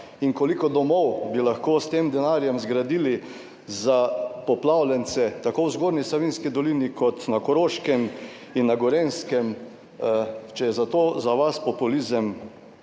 in koliko domov bi lahko s tem denarjem zgradili za poplavljence tako v Zgornji Savinjski dolini kot na Koroškem in na Gorenjskem, če je za to za vas populizem,